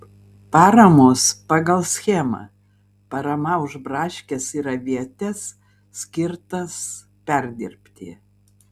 paramos pagal schemą parama už braškes ir avietes skirtas perdirbti